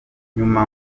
nyuma